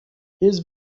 his